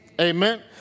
Amen